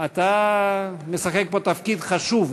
אתה משחק פה תפקיד חשוב.